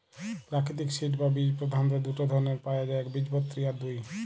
প্রাকৃতিক সিড বা বীজ প্রধাণত দুটো ধরণের পায়া যায় একবীজপত্রী আর দুই